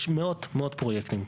יש מאות פרויקטים.